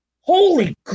holy